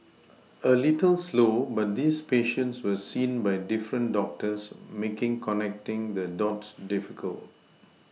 a little slow but these patients were seen by different doctors making connecting the dots difficult